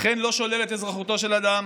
אכן לא שוללת את אזרחותו של אדם,